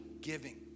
giving